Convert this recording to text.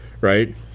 right